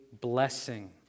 blessing